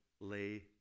lay